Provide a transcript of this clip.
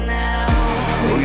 now